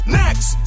next